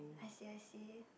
I see I see